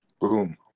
boom